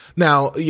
Now